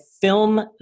film